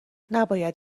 نباید